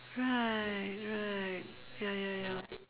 right right ya ya ya